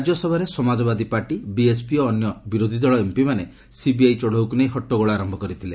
ରାଜ୍ୟସଭାରେ Samajwadi party BSP ଓ ଅନ୍ୟ ବିରୋଧୀ ଦଳ ଏମ୍ପି ମାନେ ସିବିଆଇ ଚଢ଼ଉକୁ ନେଇ ହଟ୍ଟଗୋଳ ଆରମ୍ଭ କରିଥିଲେ